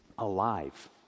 alive